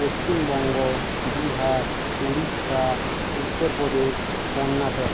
Paschimbanga Bihar Orissa Uttar Pradesh Karnataka